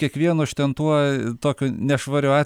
kiekvienu iš ten tuo tokiu nešvariu atveju tokiu